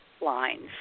lines